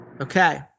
Okay